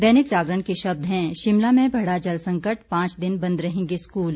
दैनिक जागरण के शब्द हैं शिमला में बढ़ा जलसंकट पांच दिन बंद रहेंगे स्कूल